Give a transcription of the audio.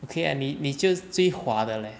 okay ah 你你就最划的 leh